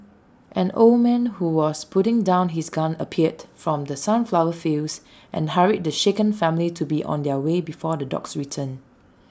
an old man who was putting down his gun appeared from the sunflower fields and hurried the shaken family to be on their way before the dogs return